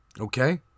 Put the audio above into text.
Okay